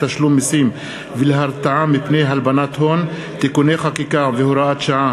תשלום מסים ולהרתעה מפני הלבנת הון) (תיקוני חקיקה והוראת שעה),